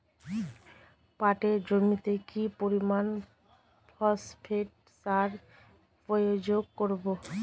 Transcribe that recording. পাটের জমিতে কি পরিমান ফসফেট সার প্রয়োগ করব?